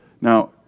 Now